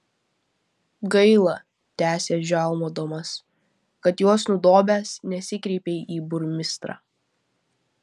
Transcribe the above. gaila tęsė žiaumodamas kad juos nudobęs nesikreipei į burmistrą